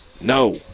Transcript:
no